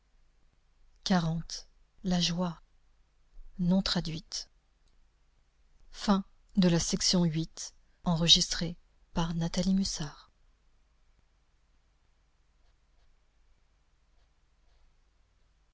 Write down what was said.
la joie non traduite